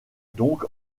donc